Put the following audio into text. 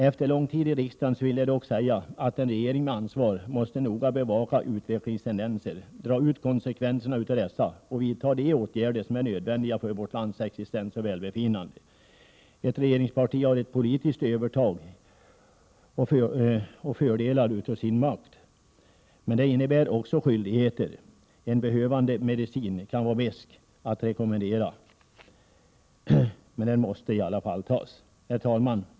Efter lång tid i riksdagen vill jag dock säga att en regering med ansvar måste noga bevaka utvecklingstendenserna, dra ut konsekvenserna av dessa och vidta de åtgärder som är nödvändiga för vårt lands existens och välbefinnande. Ett regeringsparti har ett politiskt övertag och fördelar av sin makt. Men det innebär också skyldigheter. En behövlig medicin kan vara besk att rekommendera, men den måste i alla fall tas. Herr talman!